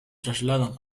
trasladan